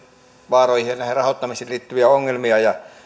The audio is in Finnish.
vaaroihin ja rahoittamiseen liittyviä ongelmia ja